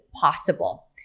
possible